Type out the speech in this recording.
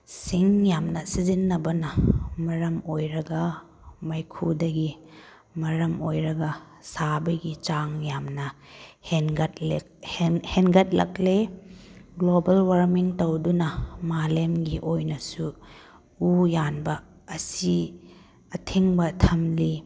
ꯁꯤꯡ ꯌꯥꯝꯅ ꯁꯤꯖꯤꯟꯅꯕꯅ ꯃꯔꯝ ꯑꯣꯏꯔꯒ ꯃꯩꯈꯨꯗꯒꯤ ꯃꯔꯝ ꯑꯣꯏꯔꯒ ꯁꯥꯕꯒꯤ ꯆꯥꯡ ꯌꯥꯝꯅ ꯍꯦꯟꯒꯠꯂꯦ ꯍꯦꯟꯒꯠꯂꯛꯂꯦ ꯒ꯭ꯂꯣꯕꯦꯜ ꯋꯥꯔꯃꯤꯡ ꯇꯧꯗꯨꯅ ꯃꯥꯂꯦꯝꯒꯤ ꯑꯣꯏꯅꯁꯨ ꯎ ꯌꯥꯟꯕ ꯑꯁꯤ ꯑꯊꯤꯡꯕ ꯊꯝꯂꯤ